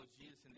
Jesus